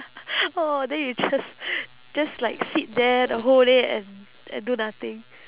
oh then you just just like sit there the whole day and and do nothing